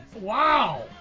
Wow